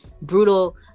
brutal